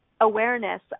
awareness